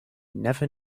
never